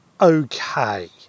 okay